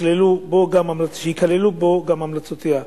שייכללו בו גם המלצותיה.